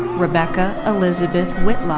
rebecca elizabeth